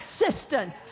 existence